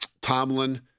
Tomlin